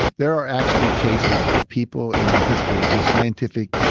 there are actually cases of people in history whose scientific